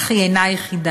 אך היא אינה היחידה.